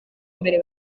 mbere